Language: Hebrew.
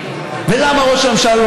ביישוב של 13,000 תושבים,